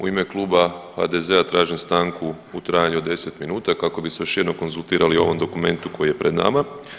U ime Kluba HDZ-a tražim stanku u trajanju od 10 minuta kako bi se još jednom konzultirali o ovom dokumentu koji je pred nama.